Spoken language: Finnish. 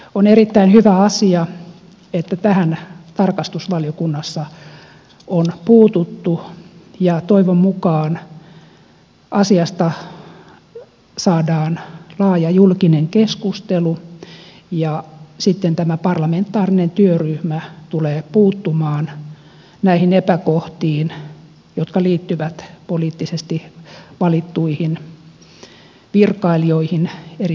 on erittäin hyvä asia että tähän tarkastusvaliokunnassa on puututtu ja toivon mukaan asiasta saadaan laaja julkinen keskustelu ja sitten tämä parlamentaarinen työryhmä tulee puuttumaan näihin epäkohtiin jotka liittyvät poliittisesti valittuihin virkailijoihin eri ministeriöissä